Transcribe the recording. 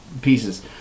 pieces